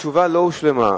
התשובה לא הושלמה.